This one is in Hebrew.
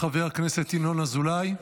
חבר הכנסת ינון אזולאי,